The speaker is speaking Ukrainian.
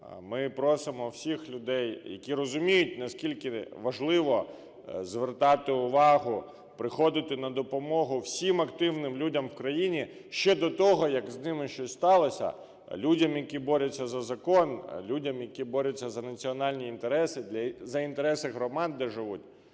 Ми просимо всіх людей, які розуміють, наскільки важливо звертати увагу, приходити на допомогу всім активним людям в країні ще до того, як з ними щось сталося, людям, які борються за закон, людям, які борються за національні інтереси, за інтереси громад, де живуть,